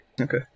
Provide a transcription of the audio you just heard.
Okay